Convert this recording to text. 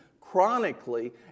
chronically